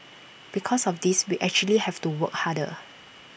because of this we actually have to work harder